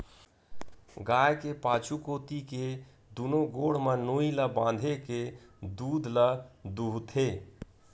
गाय के पाछू कोती के दूनो गोड़ म नोई ल बांधे के दूद ल दूहूथे